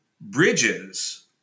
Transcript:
Bridges